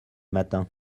matin